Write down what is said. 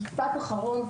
משפט אחרון.